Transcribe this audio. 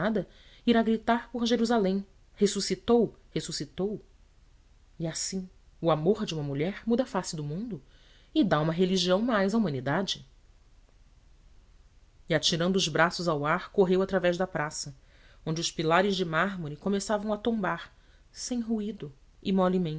apaixonada irá gritar por jerusalém ressuscitou ressuscitou e assim o amor de uma mulher muda a face do mundo e dá uma religião mais à humanidade e atirando os braços ao ar correu através da praça onde os pilares de mármore começavam a tombar sem ruído